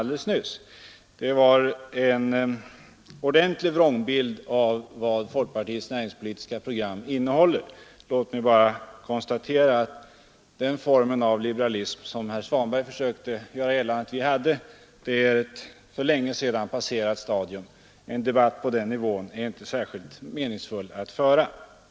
Det var en vrångbild av vad folkpartiets näringspolitiska program innehåller. Den formen av liberalism som herr Svanberg försökte göra gällande att vi företräder är ett för länge sedan passerat stadium. Det är inte särskilt meningsfullt att föra en debatt på den nivån.